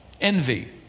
envy